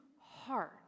hard